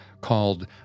called